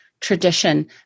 tradition